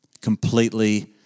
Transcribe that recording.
completely